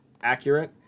accurate